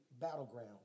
battleground